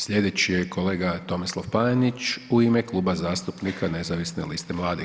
Slijedeći je kolega Tomislav Panenić u ime Kluba zastupnika Nezavisne liste mladih.